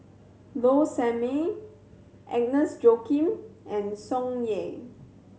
Low Sanmay Agnes Joaquim and Tsung Yeh